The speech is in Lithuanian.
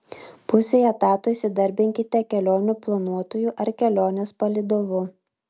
pusei etato įsidarbinkite kelionių planuotoju ar kelionės palydovu